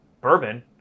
bourbon